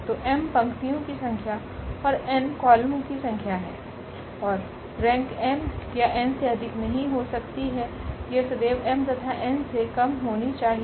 तो m पंक्तियों की संख्या और n कॉलम की संख्या है और रेंक m या n से अधिक नहीं हो सकती है यह सदैव m तथा nसे कम होनी चाहिए